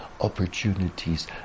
opportunities